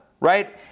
right